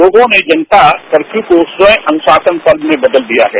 लोगों ने जनता कर्ण्यू को स्वय अनुशासन पर्व में बदल दिया है